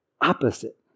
opposite